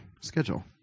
schedule